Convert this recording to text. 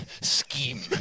scheme